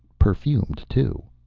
perfumed, too.